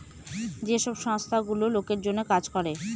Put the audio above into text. যে সব সংস্থা গুলো লোকের জন্য কাজ করে